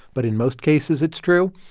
but in most cases, it's true.